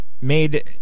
made